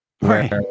Right